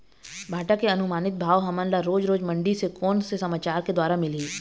भांटा के अनुमानित भाव हमन ला रोज रोज मंडी से कोन से समाचार के द्वारा मिलही?